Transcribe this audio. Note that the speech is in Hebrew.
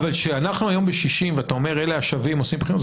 כשאנחנו היום ב-60 ואתה אומר שאלה השבים עושים בחינות,